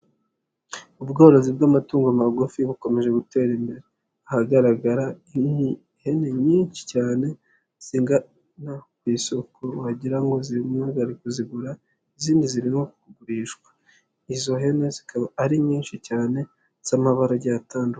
Ubworozi bw'amatungo magufi bukomeje gutera imbere, ahagaragara ihene nyinshi cyane zigana ku isoko wagira ngo zimugare kuzigura izindi zirimo kugurishwa izo hene zikaba ari nyinshi cyane z'amabara agiye atandukanye.